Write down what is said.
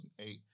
2008